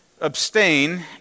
abstain